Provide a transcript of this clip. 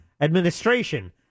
administration